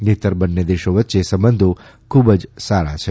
નહીંતર બંને દેશો વચ્ચે સંબંધો ખૂબ સારા જ છે